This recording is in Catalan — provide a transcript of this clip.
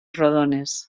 rodones